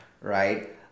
right